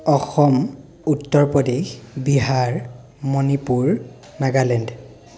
Assam Uttar Pradesh Bihar Manipur Meghalaya